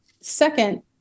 Second